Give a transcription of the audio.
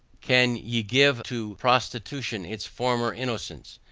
can ye give to prostitution its former innocence?